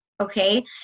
okay